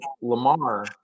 Lamar